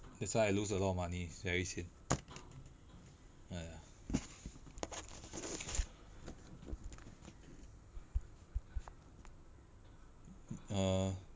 that's why I lose a lot of money very sian !aiya! err